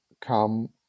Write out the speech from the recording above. come